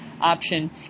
option